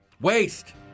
Waste